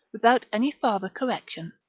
without any farther correction.